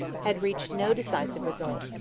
had reached no decisive result.